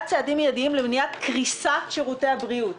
צעדים מיידיים למניעת קריסת שירותי הבריאות.